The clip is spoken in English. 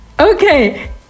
Okay